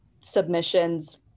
submissions